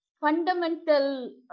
fundamental